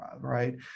right